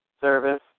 service